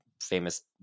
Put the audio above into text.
famous